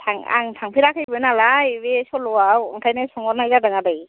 थां आं थांफेराखैबो नालाय बे सल'आव ओंखायनो सोंहरनाय जादों आदै